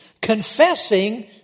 Confessing